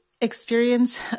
experience